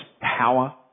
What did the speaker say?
power